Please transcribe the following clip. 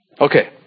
Okay